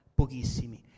pochissimi